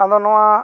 ᱟᱫᱚ ᱱᱚᱣᱟ